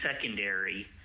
secondary